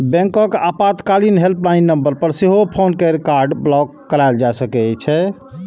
बैंकक आपातकालीन हेल्पलाइन पर सेहो फोन कैर के कार्ड ब्लॉक कराएल जा सकै छै